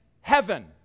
heaven